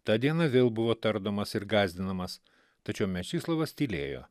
tą dieną vėl buvo tardomas ir gąsdinamas tačiau mečislovas tylėjo